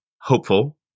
hopeful